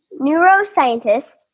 neuroscientist